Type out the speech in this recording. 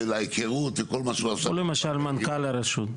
ההיכרות וכל מה שהוא עשה --- או למשל מנכ"ל הרשות.